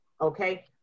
okay